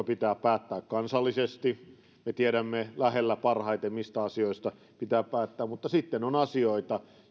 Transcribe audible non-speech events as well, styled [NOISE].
[UNINTELLIGIBLE] pitää päättää kansallisesti me tiedämme lähellä parhaiten mistä asioista pitää päättää mutta sitten on asioita